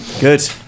Good